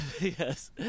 yes